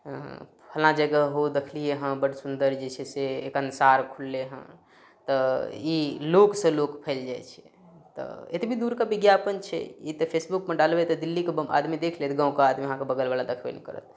फलना जगह हो देखलियै हँ बड्ड सुन्दर जे छै से कनसार खुजलै हँ तऽ ई लोकसँ लोक फैल जाइत छै तऽ एतबी दूर कऽ विज्ञापन छै ई तऽ फेसबुकमे डालबै तऽ दिल्ली कऽ आदमी देख लेत गाँव कऽ आदमी अहाँ कऽ बगल बला देखबे नहि करत